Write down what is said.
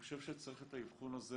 אני חושב שצריך את האבחון הזה